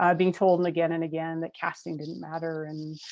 um being told and again and again that casting didn't matter and